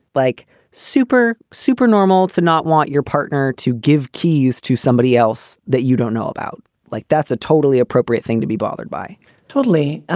like super, super normal to not want your partner to give keys to somebody else that you don't know about. like that's a totally appropriate thing to be bothered by totally.